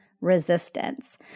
resistance